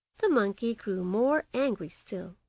the monkey grew more angry still,